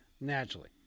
naturally